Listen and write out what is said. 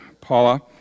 Paula